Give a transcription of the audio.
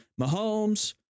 Mahomes